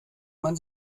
man